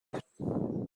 بود